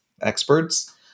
experts